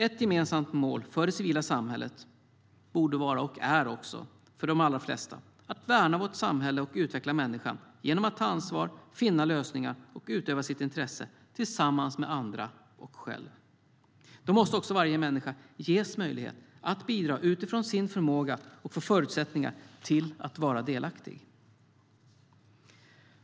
Ett gemensamt mål för det civila samhället borde vara, och är också för de allra flesta, att värna vårt samhälle och utveckla människan genom att ta ansvar, finna lösningar och utöva sitt intresse tillsammans med andra och själv. Då måste också varje människa ges möjlighet att bidra utifrån sin förmåga och få förutsättningar att vara delaktig.